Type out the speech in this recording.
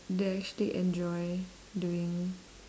they actually enjoy doing